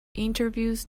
interviews